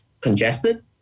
congested